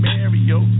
Mario